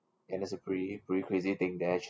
and it's a really really crazy thing there actually